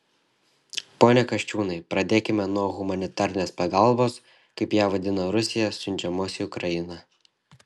pone kasčiūnai pradėkime nuo humanitarinės pagalbos kaip ją vadina rusija siunčiamos į ukrainą